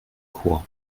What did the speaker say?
chor